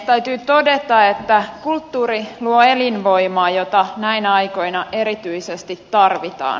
täytyy todeta että kulttuuri luo elinvoimaa jota näinä aikoina erityisesti tarvitaan